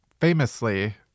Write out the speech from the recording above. famously